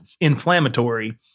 inflammatory